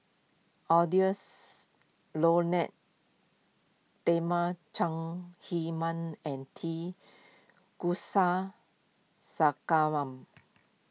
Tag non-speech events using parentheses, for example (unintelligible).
(unintelligible) Lyonet Talma Chong Heman and T (unintelligible)